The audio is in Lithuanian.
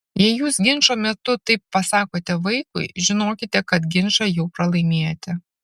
jei jūs ginčo metu taip pasakote vaikui žinokite kad ginčą jau pralaimėjote